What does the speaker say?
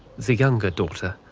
the younger daughter,